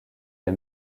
les